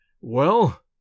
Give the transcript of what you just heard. Well